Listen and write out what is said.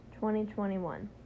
2021